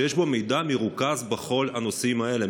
שיש בו מידע מרוכז בכל הנושאים האלה,